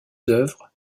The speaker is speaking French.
œuvres